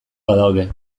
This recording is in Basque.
badaude